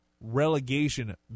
relegation